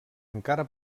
encara